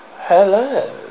Hello